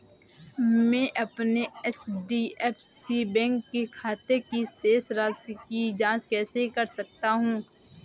मैं अपने HDFC bank के खाते की शेष राशि की जाँच कैसे कर सकता हूँ?